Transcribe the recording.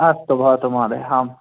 अस्तु भवतु महोदय आम्